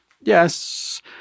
Yes